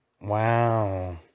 Wow